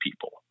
people